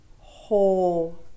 whole